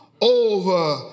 over